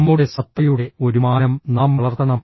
നമ്മുടെ സത്തയുടെ ഒരു മാനം നാം വളർത്തണം